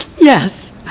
Yes